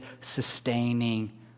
sustaining